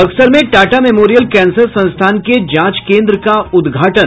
बक्सर में Tata memorial cancer संस्थान के जांच केन्द्र का उद्घाटन